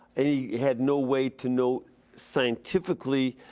and he had no way to know scientifically,